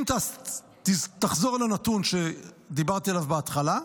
אם תחזור לנתון שדיברתי עליו בהתחלה,